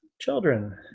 children